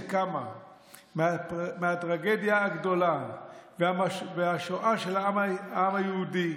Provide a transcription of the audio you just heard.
שקמה מהטרגדיה הגדולה והשואה של העם היהודי,